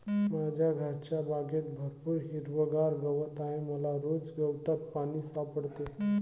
माझ्या घरच्या बागेत भरपूर हिरवागार गवत आहे मला रोज गवतात पाणी सापडते